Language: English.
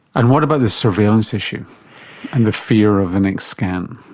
and what about this surveillance issue and the fear of the next scan?